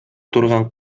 турган